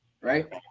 right